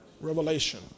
revelation